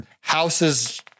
houses